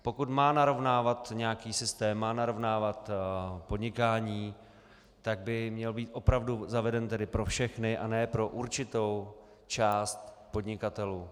Pokud má narovnávat nějaký systém, má narovnávat podnikání, tak by měl být opravdu zaveden pro všechny a ne pro určitou část podnikatelů.